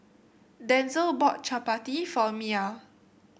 Denzel bought Chapati for Mya